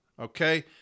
okay